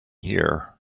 here